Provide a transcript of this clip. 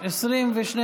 אזורי שיקום (כפר שלם),